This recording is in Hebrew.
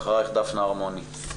אחריך, דפנה ארמוני.